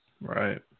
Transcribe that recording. Right